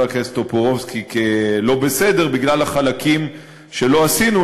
הכנסת טופורובסקי כלא בסדר בגלל החלקים שלא עשינו,